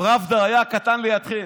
הפרבדה היה קטן לידכם.